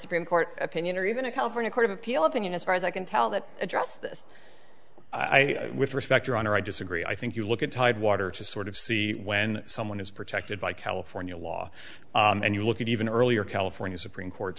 supreme court opinion or even a california court of appeal opinion as far as i can tell that address this i respect your honor i disagree i think you look at tidewater to sort of see when someone is protected by california law and you look at even earlier california supreme court